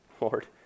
Lord